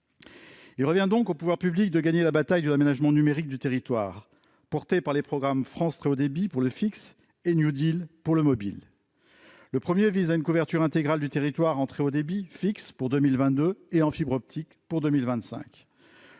Il revient aux pouvoirs publics de gagner la bataille de l'aménagement numérique du territoire, au travers des programmes France Très haut débit pour le fixe et New Deal pour le mobile. Le premier vise une couverture intégrale du territoire en très haut débit en fixe pour 2022 et en fibre optique pour 2025.